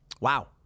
Wow